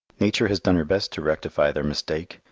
nature has done her best to rectify their mistake,